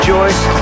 Joyce